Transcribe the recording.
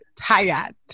tired